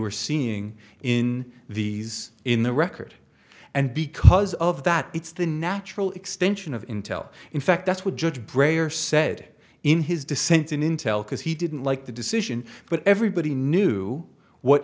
are seeing in these in the record and because of that it's the natural extension of intel in fact that's what judge breyer said in his dissent in intel because he didn't like the decision but everybody knew what